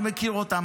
אני מכיר אותם,